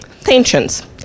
Tensions